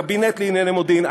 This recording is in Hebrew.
קבינט לענייני מודיעין.